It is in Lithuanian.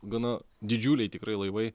gana didžiuliai tikrai laivai